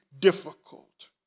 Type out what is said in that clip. difficult